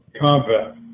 combat